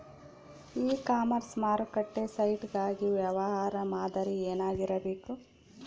E commerce ಮಾರುಕಟ್ಟೆ site ಗಾಗಿ ವ್ಯವಹಾರ ಮಾದರಿ ಏನಾಗಿರಬೇಕು?